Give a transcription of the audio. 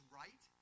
right